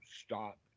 stop